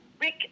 Rick